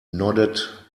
nodded